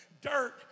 Dirt